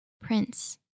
Prince